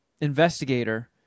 investigator